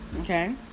okay